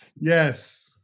yes